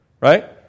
Right